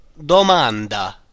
domanda